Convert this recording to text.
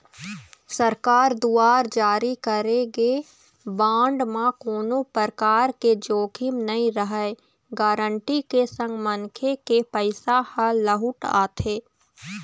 सरकार दुवार जारी करे गे बांड म कोनो परकार के जोखिम नइ रहय गांरटी के संग मनखे के पइसा ह लहूट आथे